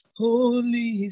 holy